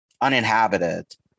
uninhabited